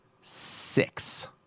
six